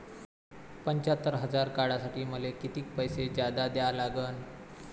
पंच्यात्तर हजार काढासाठी मले कितीक पैसे जादा द्या लागन?